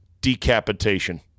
decapitation